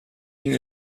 been